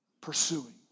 pursuing